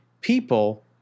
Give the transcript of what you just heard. people